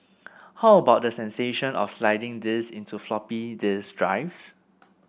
how about the sensation of sliding these into floppy disk drives